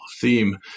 theme